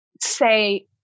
say